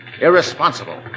Irresponsible